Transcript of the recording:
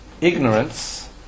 ignorance